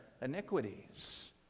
iniquities